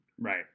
Right